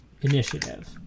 initiative